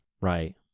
Right